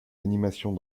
animations